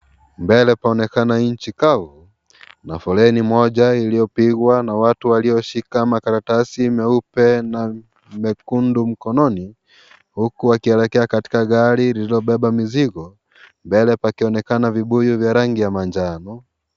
Mbele paonekana inchi kavu, na foleni moja iliyopigwa na watu walio shila makaratasi meupe na, mekundu mkononi, huku wakielekea katika gari lililo beba mizigo, mbele pakionekana vibuyu vya rangi ya manjano.